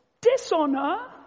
Dishonor